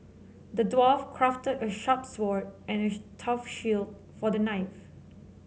the dwarf crafted a sharp sword and a tough shield for the knife